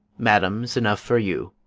madam, s enough for you,